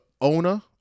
owner